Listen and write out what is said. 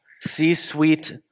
C-suite